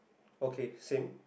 okay same